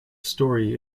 story